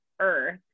earth